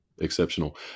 exceptional